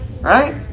right